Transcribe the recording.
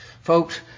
Folks